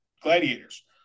gladiators